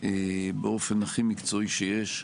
באופן הכי מקצועי שיש.